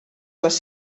les